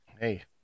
Hey